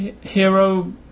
hero